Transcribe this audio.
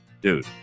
Dude